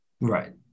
Right